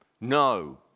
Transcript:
No